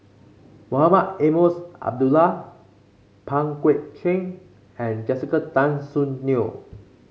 Mohamed Eunos Abdullah Pang Guek Cheng and Jessica Tan Soon Neo